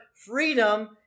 freedom